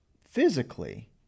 physically